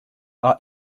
are